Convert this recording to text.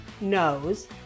knows